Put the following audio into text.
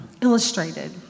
illustrated